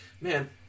man